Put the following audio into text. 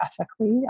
ethically